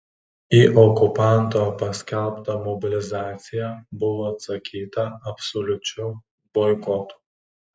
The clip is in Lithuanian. į okupanto paskelbtą mobilizaciją buvo atsakyta absoliučiu boikotu